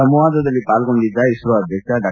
ಸಂವಾದದಲ್ಲಿ ಪಾಲ್ಗೊಂಡಿದ್ದ ಇಸ್ತೋ ಅಧ್ಯಕ್ಷ ಡಾ